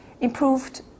improved